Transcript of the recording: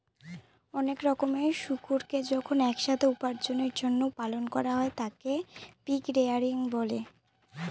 অনেক রকমের শুকুরকে যখন এক সাথে উপার্জনের জন্য পালন করা হয় তাকে পিগ রেয়ারিং বলে